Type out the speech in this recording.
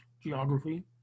geography